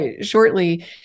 shortly